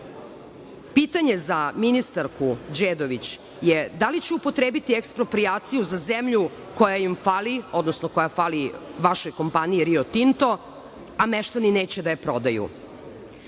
Pitanje za ministarku Đedović je, da li će upotrebiti eksproprijaciju za zemlju koja im fali, odnosno koja fali vašoj kompaniji „Rio Tinto“, a meštani neće da je prodaju? Zona